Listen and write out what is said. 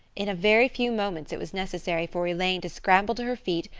in a very few moments it was necessary for elaine to scramble to her feet,